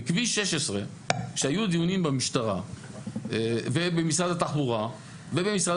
בכביש 16 כשהיו דיונים במשטרה ובמשרד התחבורה ובמשרד